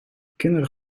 kinderen